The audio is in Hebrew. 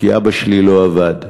כי אבא שלי לא עבד.